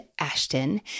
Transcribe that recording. Ashton